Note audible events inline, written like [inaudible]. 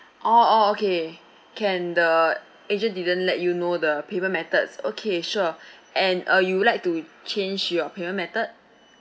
orh orh okay can the agent didn't let you know the payment methods okay sure [breath] and uh you would like to change your payment method